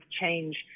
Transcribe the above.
change